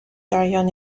جریان